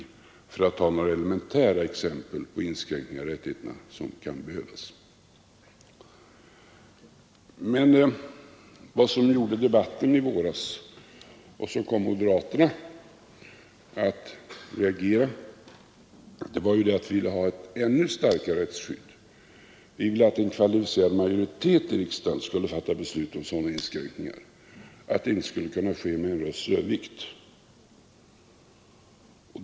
Detta har jag anfört som några elementära exempel på inskränkningar i rättigheterna som kan behövas. Men vad som åstadkom debatten i våras och som kom moderaterna att reagera var att vi vill ha ett ännu starkare rättsskydd. Vi ville att en kvalificerad majoritet i riksdagen skulle fatta beslut om sådana inskränkningar och att det inte skulle kunna ske med en rösts övervikt.